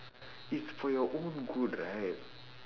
it's for your own good right